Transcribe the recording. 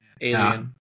Alien